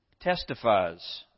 testifies